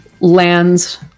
lands